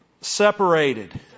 separated